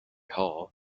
hall